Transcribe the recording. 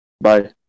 Bye